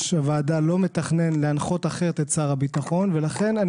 הוועדה לא מתכנן להנחות אחרת את שר הביטחון ולכן אני